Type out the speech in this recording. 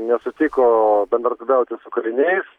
nesutiko bendradarbiauti su kaliniais